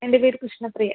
എൻ്റെ പേര് കൃഷ്ണപ്രിയ